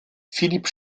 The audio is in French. philipp